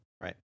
right